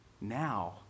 now